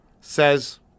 says